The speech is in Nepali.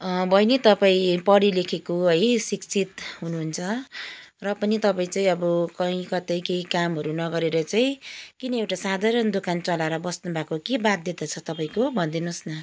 बहिनी तपाईँ पढे लेखेको है शिक्षित हुनुहुन्छ र पनि तपाईँ चाहिँ अब कहि कतै केही कामहरू नगरेर चाहिँ किन एउटा साधारण दोकान चलाएर बस्नु भएको के बाध्यता छ तपाईँको भनिदिनुहोस् न